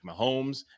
Mahomes